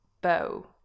bow